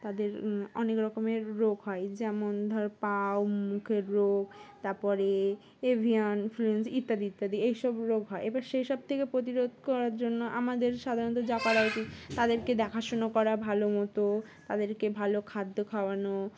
তাদের অনেক রকমের রোগ হয় যেমন ধর পা ও মুখের রোগ তারপরে এভিয়ান ইনফ্লুয়েঞ্জা ইত্যাদি ইত্যাদি এইসব রোগ হয় এবার সেই সব থেকে প্রতিরোধ করার জন্য আমাদের সাধারণত যা করা উচিৎ তাদেরকে দেখাশুনো করা ভালো মতো তাদেরকে ভালো খাদ্য খাওয়ানো